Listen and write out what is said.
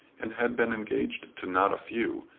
and had been engaged to not a few,